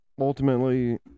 ultimately